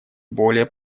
более